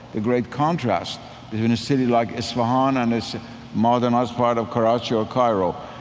the great contrast. even a city like isfahan and it's modernized part of karachi or cairo.